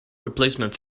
replacement